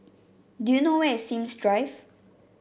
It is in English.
do you know where is Sims Drive